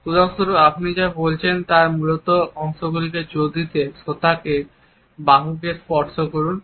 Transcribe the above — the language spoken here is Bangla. উদাহরণস্বরূপ আপনি যা বলছেন তার মূল অংশগুলিতে জোর দিতে শ্রোতাকে বাহুতে স্পর্শ করুন